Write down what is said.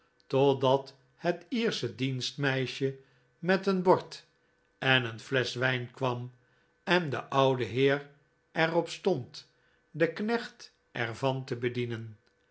totdat het iersche dienstmeisje met een bord en een flesch wijn kwam en de oude heer er op stond den knecht er van te bedienen